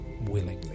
willingly